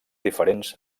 diferents